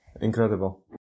incredible